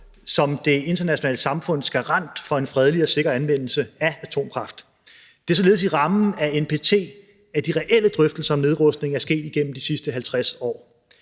som det internationale samfunds garant for en fredelig og sikker anvendelse af atomkraft. Det er således i rammen af NPT, at de reelle drøftelser om nedrustning er sket igennem de sidste 50 år,